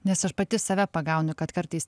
nes aš pati save pagaunu kad kartais